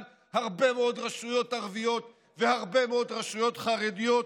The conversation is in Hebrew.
הרבה מאוד רשויות ערביות והרבה מאוד רשויות חרדיות,